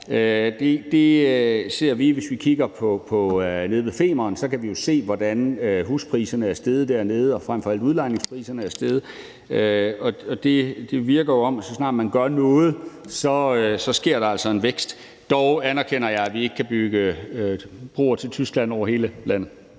Det ser vi, hvis vi kigger på det nede ved Femern – så kan vi jo se, hvordan huspriserne er steget dernede, og frem for alt er udlejningspriserne steget. Og det lader jo til, at så snart man gør noget, sker der altså en vækst – dog anerkender jeg, at vi ikke kan bygge broer til Tyskland over hele landet.